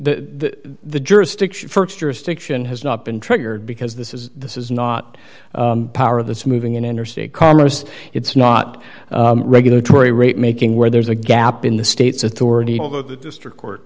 the jurisdiction st jurisdiction has not been triggered because this is this is not power that's moving in interstate commerce it's not regulatory rate making where there's a gap in the state's authority the district court